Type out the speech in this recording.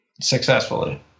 successfully